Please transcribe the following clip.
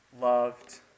loved